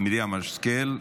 מרים השכל,